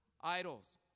idols